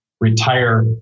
retire